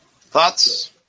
thoughts